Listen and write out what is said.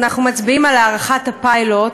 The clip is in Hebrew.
שאנחנו מצביעים על הארכת הפיילוט.